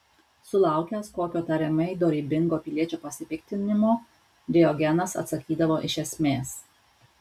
sulaukęs kokio tariamai dorybingo piliečio pasipiktinimo diogenas atsakydavo iš esmės